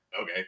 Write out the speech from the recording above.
Okay